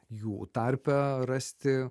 jų tarpe rasti